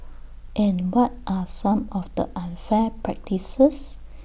and what are some of the unfair practices